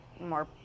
more